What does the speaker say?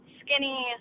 skinny